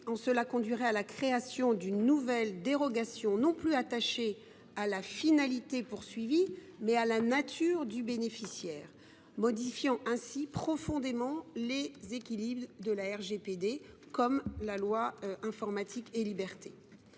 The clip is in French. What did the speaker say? cela conduirait à la création d’une nouvelle dérogation attachée non plus à la finalité recherchée, mais à la nature du bénéficiaire, modifiant ainsi profondément les équilibres du RGPD comme de la loi dite Informatique et libertés.